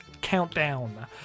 countdown